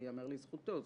ייאמר לזכותו,